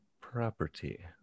property